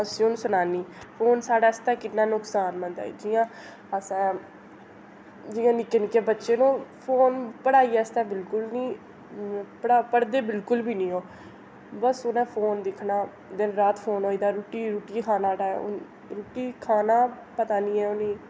अस हून सनांनी फोन साढै़ आस्तै किन्ना नुकसानमंद ऐ जियां असें जियां निक्के निक्के बच्चें न फोन पढ़ाई आस्तै बिलकुल नी पढ़ पढ़दे बिलकुल बी नी ओह् बस उ'नें फोन दिक्खनां दिन रात फोन होई गेआ रुट्टी रुट्टी खाने दा टैम रुट्टी खाना पता नेईं ऐ उ'नेंगी